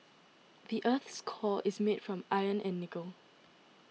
the earth's core is made of iron and nickel